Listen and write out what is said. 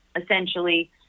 essentially